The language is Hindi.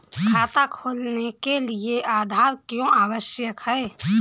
खाता खोलने के लिए आधार क्यो आवश्यक है?